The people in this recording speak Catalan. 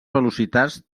velocitats